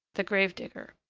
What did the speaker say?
the grave-digger,